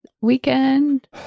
weekend